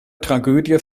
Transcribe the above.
tragödie